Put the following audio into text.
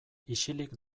isilik